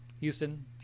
Houston